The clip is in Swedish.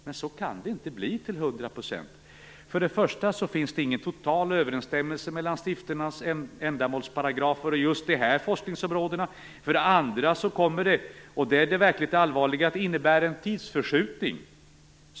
Men så kan det inte bli till hundra procent. För det första finns det ingen total överensstämmelse mellan stiftelsernas ändamålsparagrafer och just de här forskningsområdena. För det andra kommer det, och det är det verkligt allvarliga, att innebära en tidsförskjutning.